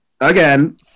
Again